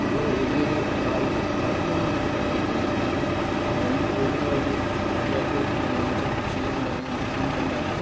അത് ഈയൊരു കായിക കായികമായി മാത്രമല്ല കാരണം എന്താണ് ഈ ഓടുന്ന വഴിയില് ഇയാള്ക്ക് ചിലപ്പോള് ക്ഷീണമുണ്ടാകാം ബുദ്ധിമുട്ടുണ്ടാകാം